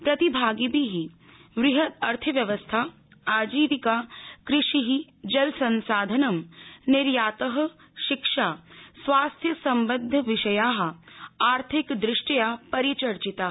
प्रतिभागिभिः व्रहद् अर्थव्यवस्था आजिविका कृषिः जलसंसाधनं निर्यातः शिक्षा स्वास्थ्य सम्बद्ध विषयाः आर्थिकद्रष्ट्या परिचर्चिताः